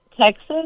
Texas